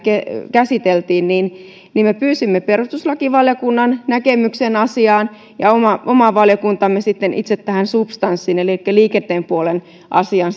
käsiteltiin niin niin me pyysimme perustuslakivaliokunnan näkemyksen asiaan ja oma oma valiokuntamme sitten itse tähän substanssiin elikkä liikenteen puolen asiaan